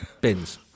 bins